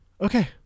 okay